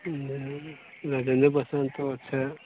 रङ्ग बसन्तो छै